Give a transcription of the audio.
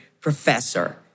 professor